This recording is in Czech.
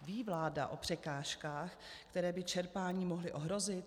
Ví vláda o překážkách, které by čerpání mohly ohrozit?